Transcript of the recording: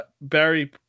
Barry